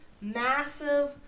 massive